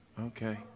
Okay